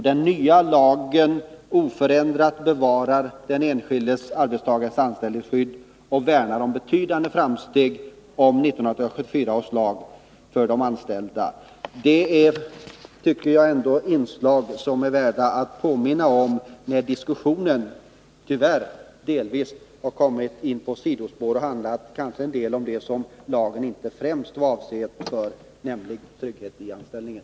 Den nya lagen bevarar oförändrad den enskilde arbetstagarens anställningsskydd och värnar om de betydande framstegen med 1974 års lag. Det är ändå inslag som är värda att påminna om, när diskussionen nu tyvärr delvis kommit in på sidospår och kommit att handla om det som lagen kanske främst var avsedd för, nämligen att ge trygghet i anställningen.